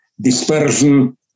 dispersion